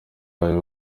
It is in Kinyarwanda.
bayo